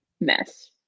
mess